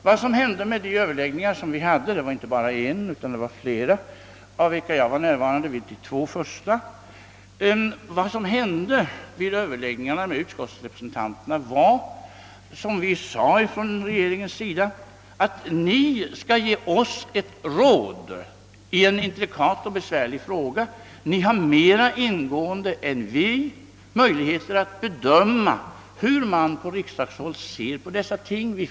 Vad som hände vid de överläggningar vi hade med våra ledamöter i utskottet — det var flera överläggningar, av vilka jag var närvarande vid de två första — var att vi i regeringen sade att vi ville ha ett råd av ledamöterna i en intrikat och besvärlig fråga. Ni har större möjligheter än vi att bedöma hur man på riksdagshåll ser på dessa ting, sade vi.